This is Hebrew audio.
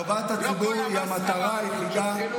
לא כל המסחרה הזאת של חילול